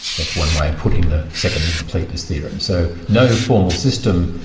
that's one way of putting the second incompleteness theorem. so no formal system,